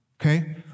Okay